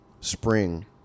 spring